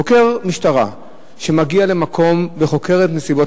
חוקר משטרה שמגיע למקום וחוקר את נסיבות